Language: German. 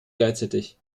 gleichzeitig